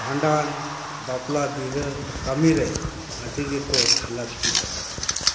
ᱵᱷᱸᱟᱰᱟᱱ ᱵᱟᱯᱞᱟ ᱵᱤᱦᱟᱹ ᱠᱟᱹᱢᱤ ᱨᱮ ᱟᱹᱰᱤ ᱜᱮᱠᱚ ᱞᱟᱹᱠᱛᱤᱜᱼᱟ